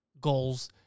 goals